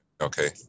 okay